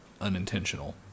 unintentional